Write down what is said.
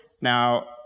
now